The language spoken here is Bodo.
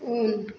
उन